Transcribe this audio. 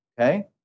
Okay